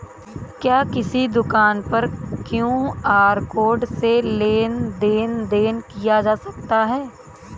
क्या किसी दुकान पर क्यू.आर कोड से लेन देन देन किया जा सकता है?